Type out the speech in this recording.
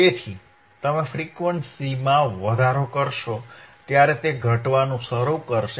તેથી તમે ફ્રીક્વન્સીમાં વધારો કરશો ત્યારે તે ઘટવાનું શરૂ કરશે